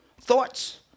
Thoughts